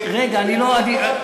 הבלגה,